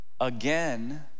again